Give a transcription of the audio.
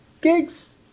gigs